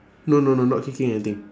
no no no not kicking anything